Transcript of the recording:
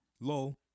Low